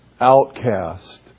outcast